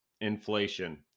inflation